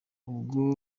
ubwo